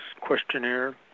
questionnaire